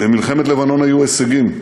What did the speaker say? במלחמת לבנון היו הישגים,